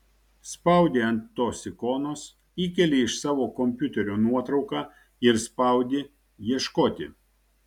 spaudi ant tos ikonos įkeli iš savo kompiuterio nuotrauką ir spaudi ieškoti